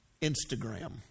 Instagram